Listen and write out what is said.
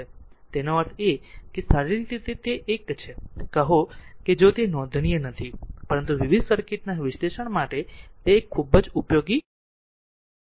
તેથી તેનો અર્થ એ કે શારીરિક રીતે તે એક છે કહો કે જો તે નોંધનીય નથી પરંતુ વિવિધ સર્કિટના વિશ્લેષણ માટે તે એક ખૂબ જ ઉપયોગી ગાણિતિક સાધનો છે